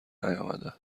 نیامده